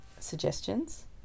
suggestions